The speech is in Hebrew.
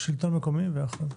בבקשה.